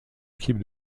équipe